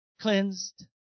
cleansed